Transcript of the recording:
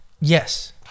Yes